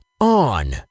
On